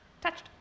touched